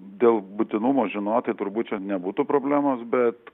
dėl būtinumo žinoti turbūt čia nebūtų problemos bet